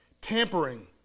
Tampering